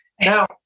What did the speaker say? Now